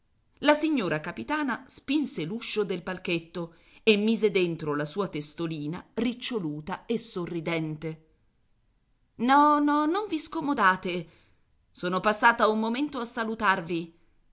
la signora capitana spinse l'uscio del palchetto e mise dentro la sua testolina riccioluta e sorridente no no non vi scomodate son passata un momento a salutarvi